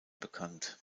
bekannt